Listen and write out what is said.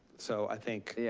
so i think, yeah